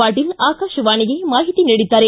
ಪಾಟೀಲ್ ಆಕಾಶವಾಣಿಗೆ ಮಾಹಿತಿ ನೀಡಿದ್ದಾರೆ